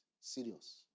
serious